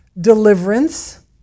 deliverance